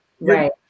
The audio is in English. Right